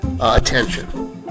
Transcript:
attention